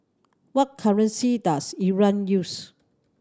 what currency does Iran use